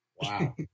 Wow